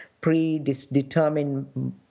predetermined